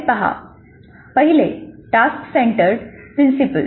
पहिले task centred principal